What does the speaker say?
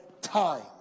time